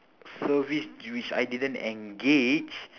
service which I didn't engage